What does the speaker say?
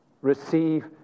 receive